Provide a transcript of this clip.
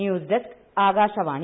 news desk Akashvani